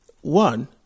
one